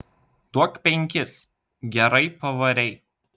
duok penkis gerai pavarei